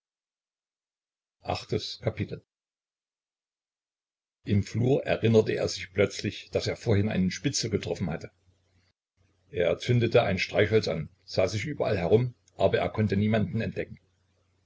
im flur erinnerte er sich plötzlich daß er vorher einen spitzel getroffen hatte er zündete ein streichholz an sah sich überall herum aber er konnte niemanden entdecken